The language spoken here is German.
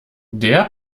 der